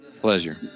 Pleasure